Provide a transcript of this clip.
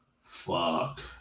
Fuck